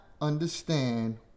understand